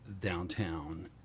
downtown